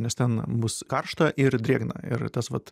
nes ten bus karšta ir drėgna ir tas vat